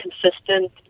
consistent